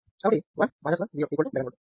కాబట్టి 1 1 0 11 volt